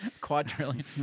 Quadrillion